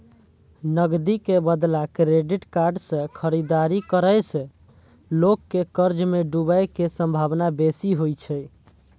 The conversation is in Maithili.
नकदी के बदला क्रेडिट कार्ड सं खरीदारी करै सं लोग के कर्ज मे डूबै के संभावना बेसी होइ छै